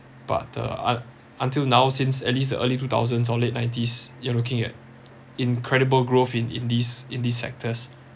but uh up until now since at least the early two thousands or late nineties you're looking at incredible growth in in these in these sectors